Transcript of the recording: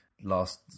last